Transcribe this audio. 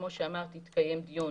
כמו שאמרתי התקיים דיון.